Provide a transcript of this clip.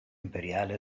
imperiale